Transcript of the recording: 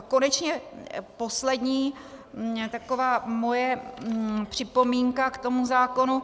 A konečně poslední taková moje připomínka k tomu zákonu.